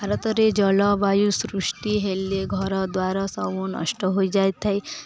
ଭାରତରେ ଜଳବାୟୁ ସୃଷ୍ଟି ହେଲେ ଘରଦ୍ୱାର ସବୁ ନଷ୍ଟ ହୋଇଯାଇଥାଏ